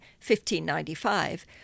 1595